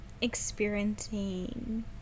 experiencing